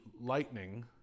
lightning